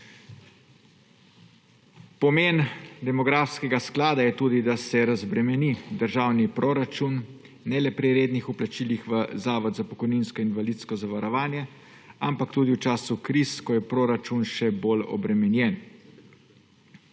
Pomen demografskega sklada je tudi, da se razbremeni državni proračun ne le pri rednih vplačilih v Zavod za pokojninsko in invalidsko zavarovanje, ampak tudi v času kriz, ko je proračun še bolj obremenjen.